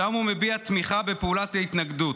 שם הוא מביע תמיכה בפעולת ההתנגדות.